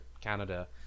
Canada